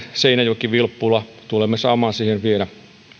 seinäjoki vilppula tulemme saamaan siihen vielä